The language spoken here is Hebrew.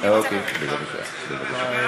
אוקיי, בבקשה, בבקשה.